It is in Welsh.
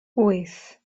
wyth